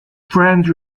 friends